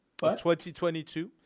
2022